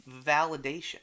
validation